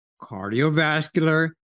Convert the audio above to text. cardiovascular